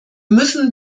müssen